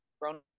grown